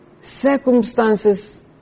circumstances